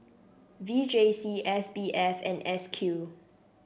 V J C S B F and S Q